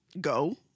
Go